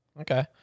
Okay